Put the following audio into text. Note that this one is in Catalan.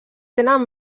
tenen